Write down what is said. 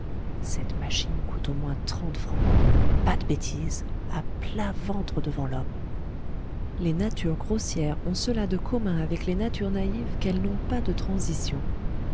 cette machine coûte au moins trente francs pas de bêtises à plat ventre devant l'homme les natures grossières ont cela de commun avec les natures naïves qu'elles n'ont pas de transitions